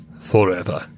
forever